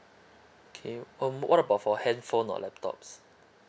okay um what about for handphone or laptops